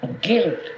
guilt